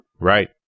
Right